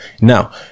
Now